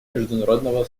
международного